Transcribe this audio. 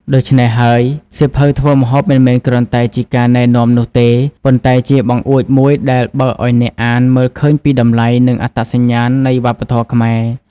ដូច្នេះហើយ សៀវភៅធ្វើម្ហូបមិនមែនគ្រាន់តែជាការណែនាំនោះទេ ប៉ុន្តែជាបង្អួចមួយដែលបើកឲ្យអ្នកអានមើលឃើញពីតម្លៃ និងអត្តសញ្ញាណនៃវប្បធម៌ខ្មែរ។